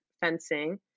fencing